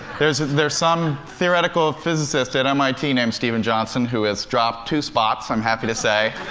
there's there's some theoretical physicist at mit named steven johnson who has dropped two spots, i'm happy to say.